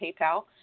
PayPal